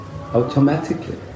automatically